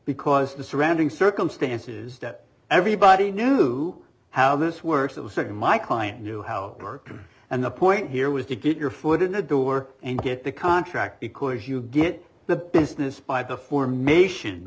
because the surrounding circumstances that everybody knew how this works it was second my client knew how it worked and the point here was to get your foot in the door and get the contract because you get the business by before mation